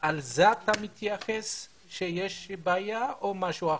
לזה אתה מתייחס בדבריך כשאתה אומר שיש בעיה או למשהו אחר?